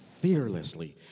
fearlessly